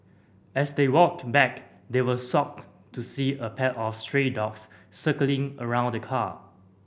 as they walked back they were socked to see a pack of stray dogs circling around the car